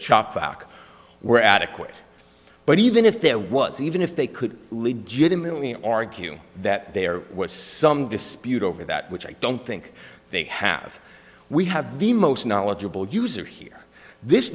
shop vac were adequate but even if there was even if they could lead jimmy argue that there was some dispute over that which i don't think they have we have the most knowledgeable user here this